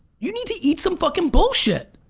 you need to eat some fucking bullshit!